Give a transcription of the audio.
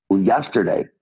yesterday